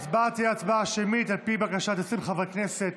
ההצבעה תהיה הצבעה שמית על פי בקשת 20 חברי כנסת.